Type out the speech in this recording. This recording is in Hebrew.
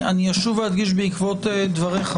אני אשוב ואדגיש בעקבות דבריך,